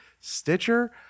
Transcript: Stitcher